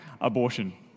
abortion